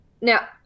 Now